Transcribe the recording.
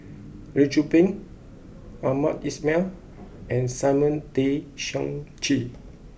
Lee Tzu Pheng Hamed Ismail and Simon Tay Seong Chee